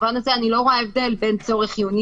במובן הזה אני לא רואה הבדל בין צורך חיוני